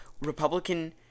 Republican